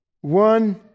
One